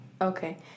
Okay